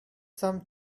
some